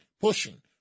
pushing